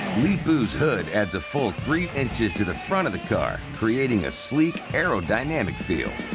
leepu's hood adds a full three inches to the front of the car, creating a sleek aerodynamic feel.